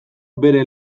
bere